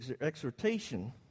exhortation